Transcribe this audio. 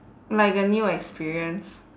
like a new experience